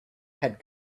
had